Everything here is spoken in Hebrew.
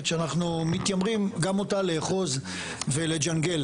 שאנחנו מתיימרים גם אותה לאחוז ולג'נגל,